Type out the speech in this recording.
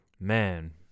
Man